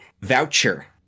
voucher